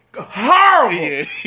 horrible